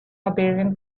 barbarian